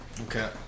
Okay